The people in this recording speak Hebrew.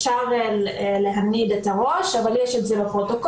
אפשר להניד את הראש אבל יש את זה בפרוטוקול,